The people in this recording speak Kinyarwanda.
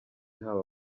haba